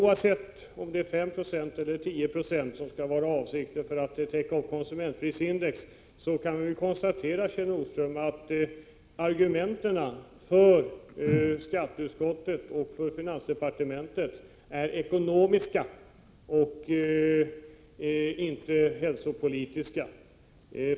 Oavsett om höjningen skall vara 5 6 eller 10 96 för att så att säga täcka upp konsumentprisindex Prot. 1987/88:130 kan vi väl konstatera, Kjell Nordström, att skatteutskottets och finansdepar 31 maj 1988 tementets argument är ekonomiska och inte hälsopolitiska?